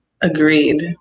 Agreed